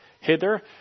hither